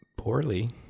Poorly